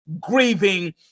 grieving